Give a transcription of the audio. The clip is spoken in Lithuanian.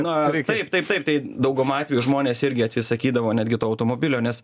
na taip taip taip tai dauguma atvejų žmonės irgi atsisakydavo netgi to automobilio nes